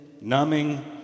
numbing